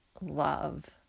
love